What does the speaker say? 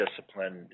disciplined